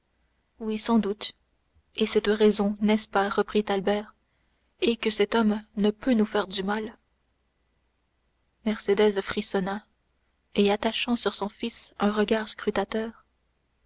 oui sans doute et cette raison n'est-ce pas reprit albert est que cet homme ne peut nous faire du mal mercédès frissonna et attachant sur son fils un regard scrutateur